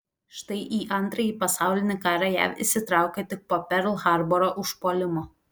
štai į antrąjį pasaulinį karą jav įsitraukė tik po perl harboro užpuolimo